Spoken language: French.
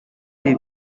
les